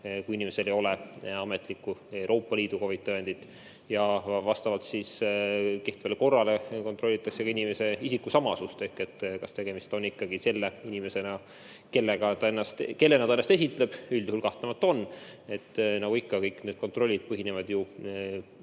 kui inimesel ei ole ametlikku Euroopa Liidu COVID-i tõendit. Vastavalt kehtivale korrale kontrollitakse ka inimese isikusamasust ehk kas tegemist on ikka selle inimesega, kellena ta ennast esitleb. Üldjuhul kahtlemata on. Nagu ikka, kõik need kontrollid [tulenevad] ju